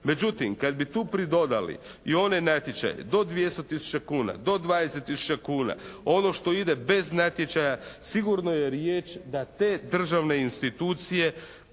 Međutim kada bi tu pridodali i one natječaje do 200 tisuća kuna, do 20 tisuća kuna, ono što ide bez natječaja, sigurno je riječ da te državne institucije